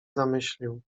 zamyślił